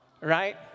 right